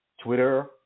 Twitter